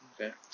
Okay